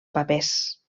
papers